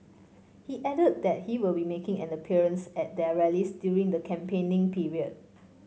he added that he will be making an appearance at their rallies during the campaigning period